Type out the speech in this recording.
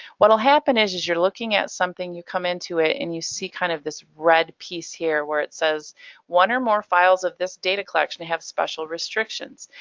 what will happen is is you're looking at something, you come into it and you see kind of this red piece here where it says one or more files of this data collection have special restrictions.